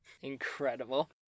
Incredible